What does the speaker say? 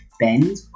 Bend